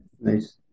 Nice